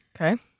okay